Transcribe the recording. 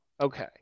Okay